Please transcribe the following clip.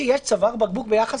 שזה אותו הסדר שחל במעבר נהר הירדן,